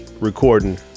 recording